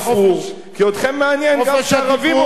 כי אתכם מעניין גם כשערבים הורגים ערבים,